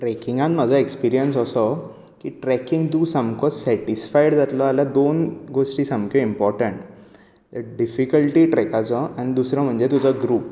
ट्रॅकिंगान म्हाजो एक्सपरियंस असो की ट्रॅकींग तूं सामको सॅटिस्फायड जातलो जाल्यार दोन गोश्टी सामक्यो इम्पॉर्टंट डिफिकल्टी ट्रॅकाचो आनी दुसरो म्हणजे तुजो ग्रूप